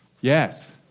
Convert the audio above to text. Yes